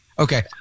Okay